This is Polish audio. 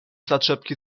zaczepki